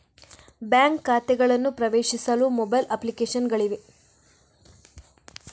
bank ಖಾತೆಗಳನ್ನು ಪ್ರವೇಶಿಸಲು mobile application ಗಳಿವೆ